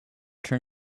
turn